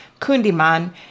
Kundiman